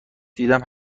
دیدم